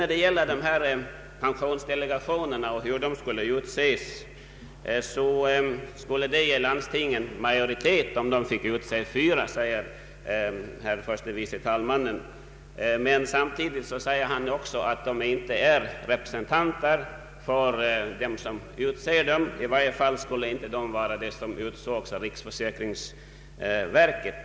När det gäller frågan hur pensionsdelegationerna skall utses säger herr förste vice talmannen att landstingen skulle komma i majoritetsställning om de fick utse fyra ledamöter. Samtidigt säger han emellertid att ledamöterna inte representerar de organ som utser dem, i varje fall inte de ledamöter som skulle utses av riksförsäkringsverket.